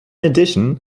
addition